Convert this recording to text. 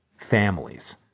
families